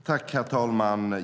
Herr talman!